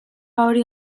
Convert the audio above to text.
hori